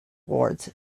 wards